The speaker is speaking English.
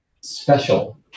special